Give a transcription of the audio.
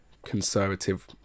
conservative